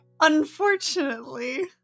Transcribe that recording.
Unfortunately